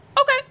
okay